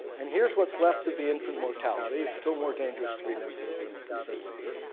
and here's what's left of the infant mortality, it's still more dangerous to be an infant and than later,